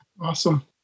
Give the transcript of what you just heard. Awesome